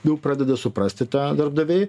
jau pradeda suprasti tą darbdaviai